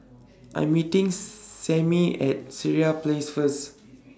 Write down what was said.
I Am meeting Sammie At Sireh Place First